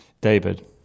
David